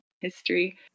history